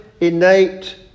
innate